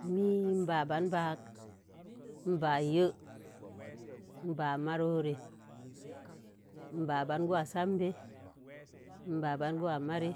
Mii ba'a yiha ina ba'an marori in ba'an gowasəbi in ba'an gowan merie’